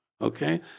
Okay